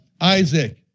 Isaac